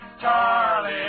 Charlie